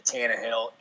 Tannehill